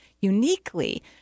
uniquely